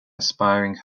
inspiring